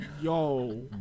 Yo